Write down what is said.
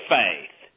faith